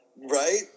Right